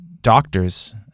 doctors